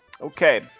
okay